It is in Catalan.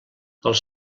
els